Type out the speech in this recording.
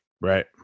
Right